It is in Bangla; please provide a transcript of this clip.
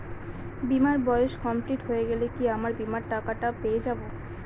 বীমার বয়স কমপ্লিট হয়ে গেলে কি আমার বীমার টাকা টা পেয়ে যাবো?